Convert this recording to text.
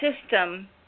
system